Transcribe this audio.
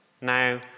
Now